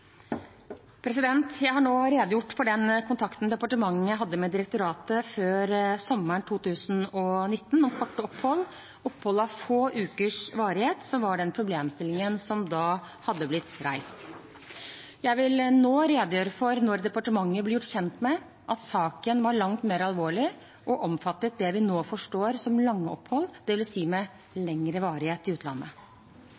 Jeg har nå redegjort for den kontakten departementet hadde med direktoratet før sommeren 2019 om korte opphold – opphold av få ukers varighet – som var den problemstillingen som da hadde blitt reist. Jeg vil nå redegjøre for når departementet ble gjort kjent med at saken var langt mer alvorlig og omfattet det vi nå forstår som lange opphold, dvs. med